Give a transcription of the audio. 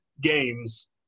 games